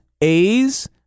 A's